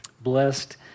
blessed